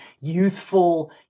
youthful